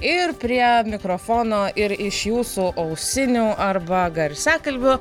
ir prie mikrofono ir iš jūsų ausinių arba garsiakalbių